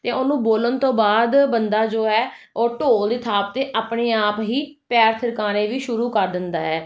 ਅਤੇ ਉਹਨੂੰ ਬੋਲਣ ਤੋਂ ਬਾਅਦ ਬੰਦਾ ਜੋ ਹੈ ਉਹ ਢੋਲ ਦੀ ਥਾਪ 'ਤੇ ਆਪਣੇ ਆਪ ਹੀ ਪੈਰ ਥਿਰਕਾਣੇ ਵੀ ਸ਼ੁਰੂ ਕਰ ਦਿੰਦਾ ਹੈ